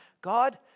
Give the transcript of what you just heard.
God